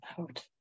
out